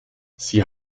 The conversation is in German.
sie